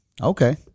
Okay